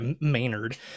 maynard